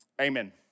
Amen